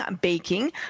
baking